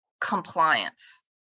compliance